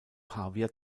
pavia